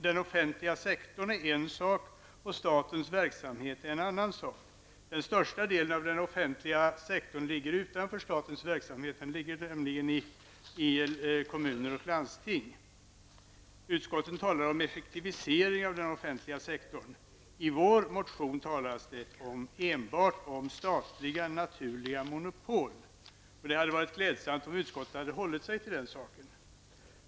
Den offentliga sektorn är en sak, och statens verksamhet är en annan sak. Den största delen av den offentliga sektorn ligger utanför statens verksamhet. Den ligger nämligen i kommuner och landsting. Utskottet talar om effektivisering av den offentliga sektorn. I vår motion talas enbart om statliga naturliga monopol. Det hade varit klädsamt om utskottet hade hållit sig till den saken.